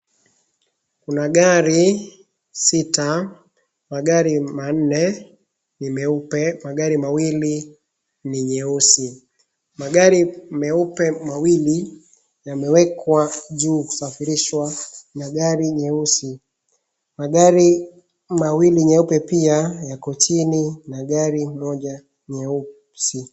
Kuna gari sita. Magari manne ni meupe, magari mawili ni nyeusi. Magari meupe mawili yamewekwa juu kusafirishwa na gari nyeusi. Magari mawili nyeupe pia yako chini na gari moja nyeusi.